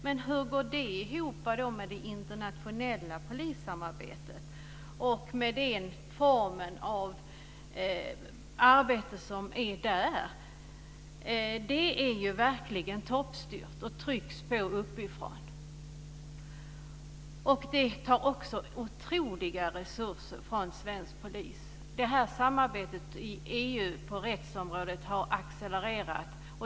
Men hur går det ihop med det internationella polissamarbetet och med den form av arbete som finns där? Det är ju verkligen toppstyrt och trycks på uppifrån. Det tar också otroliga resurser från svensk polis. Samarbetet i EU på rättsområdet har accelererat.